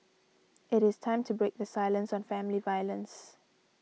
it is time to break the silence on family violence